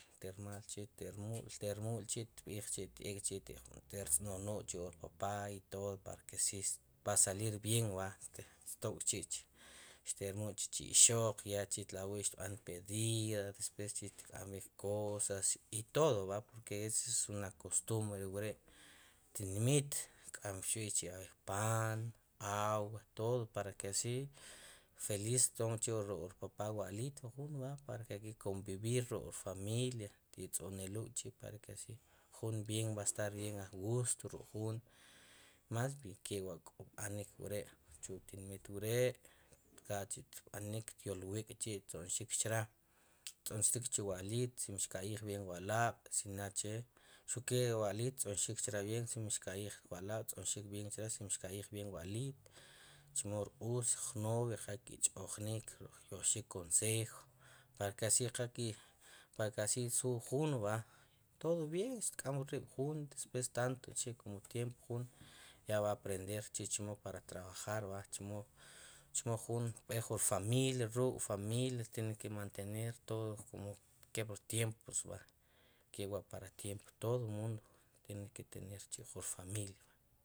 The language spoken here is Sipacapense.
Te'rmal chi' ti'rmu'l chi' xtb'iij chi' xt'ekchi' xtitz'no'nu'l chu wur papá i todo para ke cir salir bien va tokk'chi' xti'rmu'l chi'chu ixoq yak'chi' tla'wi' xtb'an pedida y despues xtk'am b'ik cosas i todo va porke es una kostubre wre' ptinmit xtk'amxb'ik chi'ab'eses paan agua todo para que si feliz xpon k'chi' ruk'wur papá wu aliit wu jun va para k onb'ib'ir kon la familia xti'tz'one'luul kçhi' i para ke jun bien b'a estar agusto ruk'juun más kewa' kb'anik wre' chuwu tinmit wree' tkaal k'chi' xtb'anik xtyolwik k'chi' xto'xik chre' xtz'onxik chu wu aliit si mxka'yij 'ien wu alaab' si naad che xuke xuke wu aliit xttz'onxik che b'ien si mxka'yij wu alab' tz'onxik b'ien chre si mxka'yij b'en wu aliit chemo ruus novio si qal ki'ch'jnik kyo'qxik konsejo para ke asi qal ki para ke asi juun va todo b'en xtk'am riib'juun pues tanto chi' komo tiempo juun ya b'a aprender chi'chemo para trab'ajar va chimo juun xpe jun rfamiilia ruuk'familia hay ke mantener todo kum kepli rtiempo kewa' para el tiempo todo muund tiene ke tener jun rfamilia va.